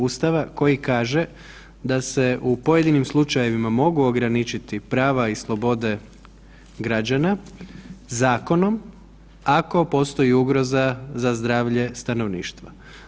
Ustava koji kaže da se u „pojedinim slučajevima mogu ograničiti prava i slobode građana zakonom ako postoji ugroza za zdravlje stanovništva“